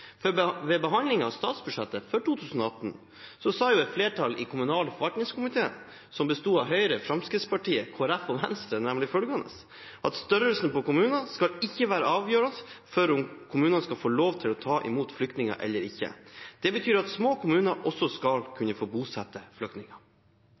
Ved behandlingen av statsbudsjettet for 2018 sa nemlig et flertall i kommunal- og forvaltningskomiteen, som besto av Høyre, Fremskrittspartiet, Kristelig Folkeparti og Venstre, at størrelsen på kommunene ikke skal være avgjørende for om kommunene skal få lov til å ta imot flyktninger eller ikke. Det betyr at små kommuner også skal